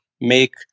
make